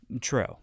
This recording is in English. True